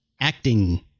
acting